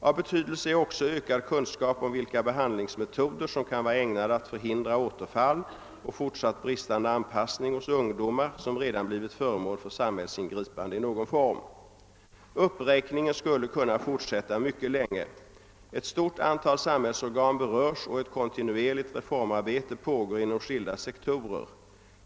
Av betydelse är vidare ökad kunskap om vilka behandlingsmetoder som kan vara ägnade att förhindra återfall och fortsatt bristande anpassning hos ungdomar som redan blivit föremål för samhällsingripande i någon form. Uppräkningen skulle kunna fortsätta mycket länge. Ett stort antal samhällsorgan berörs och ett kontinuerligt reformarbete pågår inom skilda sektorer.